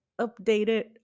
updated